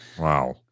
Wow